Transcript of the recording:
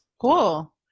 Cool